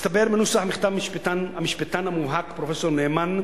מסתבר מנוסח מכתב המשפטן המובהק פרופסור נאמן,